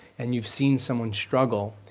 and you've seen someone struggle,